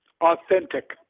Authentic